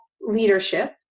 leadership